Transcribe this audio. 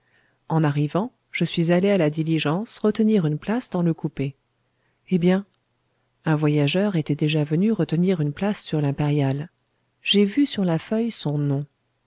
en arrivant je suis allé à la diligence retenir une place dans le coupé eh bien un voyageur était déjà venu retenir une place sur l'impériale j'ai vu sur la feuille son nom